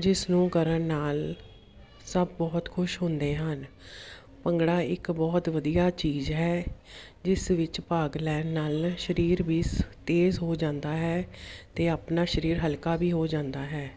ਜਿਸ ਨੂੰ ਕਰਨ ਨਾਲ ਸਭ ਬਹੁਤ ਖੁਸ਼ ਹੁੰਦੇ ਹਨ ਭੰਗੜਾ ਇੱਕ ਬਹੁਤ ਵਧੀਆ ਚੀਜ਼ ਹੈ ਜਿਸ ਵਿੱਚ ਭਾਗ ਲੈਣ ਨਾਲ ਸਰੀਰ ਵੀ ਤੇਜ਼ ਹੋ ਜਾਂਦਾ ਹੈ ਅਤੇ ਆਪਣਾ ਸਰੀਰ ਹਲਕਾ ਵੀ ਹੋ ਜਾਂਦਾ ਹੈ